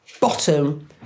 bottom